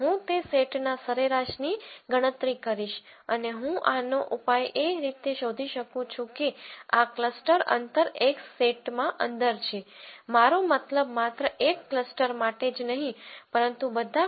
હું તે સેટના સરેરાશની ગણતરી કરીશ અને હું આનો ઉપાય એ રીતે શોધી શકું છું કે આ ક્લસ્ટર અંતર x સેટમાં અંદર છે મારો મતલબ માત્ર એક ક્લસ્ટર માટે જ નહીં પરંતુ બધા ક્લસ્ટરો માટે પણ ઘટાડવાનો છે